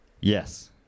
Yes